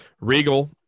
Regal